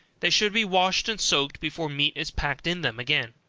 they should be washed and soaked before meat is packed in them again.